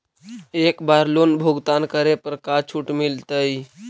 एक बार लोन भुगतान करे पर का छुट मिल तइ?